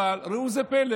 בוגד, הסתה,